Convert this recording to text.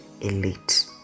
elite